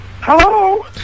Hello